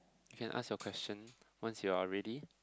can ask your question once you are ready